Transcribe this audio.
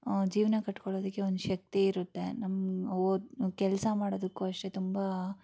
ಜೀವನ ಕಟ್ಕೊಳೋದಕ್ಕೆ ಒಂದು ಶಕ್ತಿ ಇರುತ್ತೆ ನಮ್ಮ ಓದು ಕೆಲಸ ಮಾಡೋದಕ್ಕೂ ಅಷ್ಟೇ ತುಂಬ